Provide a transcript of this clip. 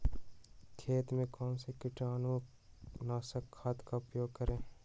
खेत में कौन से कीटाणु नाशक खाद का प्रयोग करें?